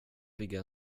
bygga